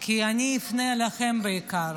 כי אני אפנה אליכם בעיקר,